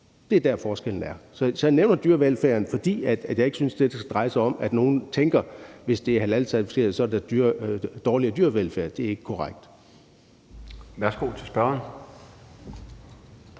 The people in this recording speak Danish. Det er der, forskellen er. Så jeg nævner dyrevelfærden, fordi jeg ikke synes, det her skal dreje sig om, at nogle tænker, at hvis det er halalcertificeret, så er det dårligere dyrevelfærd. Det er ikke korrekt.